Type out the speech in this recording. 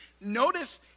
Notice